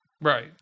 Right